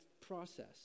process